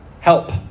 help